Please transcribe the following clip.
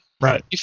right